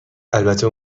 البته